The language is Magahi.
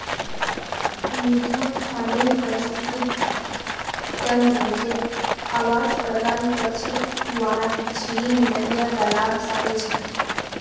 मिठा पानीर पारिस्थितिक तंत्र जे आवास प्रदान करछे वहात झील, नदिया, तालाब शामिल छे